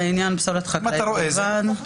אז נעשה את זה לעניין פסולת חקלאית בלבד.